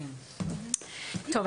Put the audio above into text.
קודם כל,